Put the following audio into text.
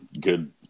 good